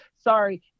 sorry